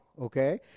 okay